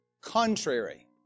Contrary